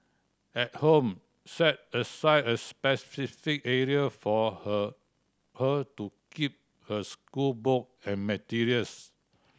at home set aside a specific area for her her to keep her schoolbook and materials